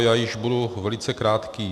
Já již budu velice krátký.